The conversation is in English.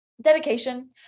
dedication